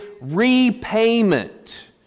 repayment